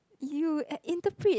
you at interpret